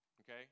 okay